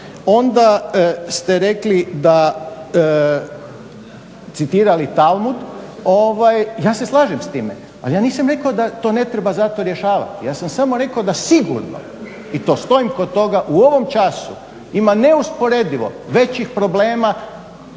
onda ste rekli citirali Talmud, ja se slažem s time ali ja nisam rekao da to ne treba zato rješavati. Ja sam samo rekao da sigurno i to stojim kod toga u ovom času ima neusporedivo većih problema